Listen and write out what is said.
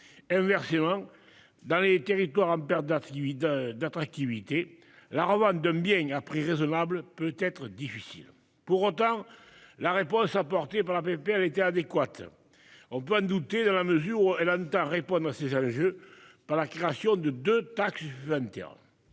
Inversement, dans les territoires en perte fluide d'attractivité la Rowan bien à prix raisonnables peut être difficile pour autant la réponse apportée par la PP avait été adéquate. On peut en douter. Dans la mesure où elle entend répondre à ces enjeux par la création de de taxes.